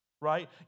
Right